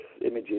images